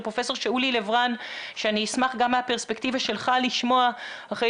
לפרופ' שאולי לברן שאני אשמח גם מהפרספקטיבה שלך לשמוע אחרי